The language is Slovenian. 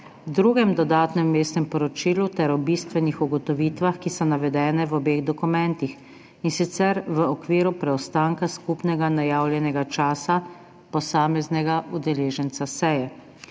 drugem dodatnem vmesnem poročilu ter o bistvenih ugotovitvah, ki so navedene v obeh dokumentih, in sicer v okviru preostanka skupnega najavljenega časa posameznega udeleženca seje.